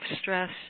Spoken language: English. stress